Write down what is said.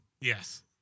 Yes